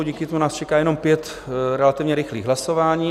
Díky tomu nás čeká jenom pět relativně rychlých hlasování.